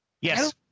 Yes